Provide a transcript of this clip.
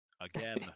Again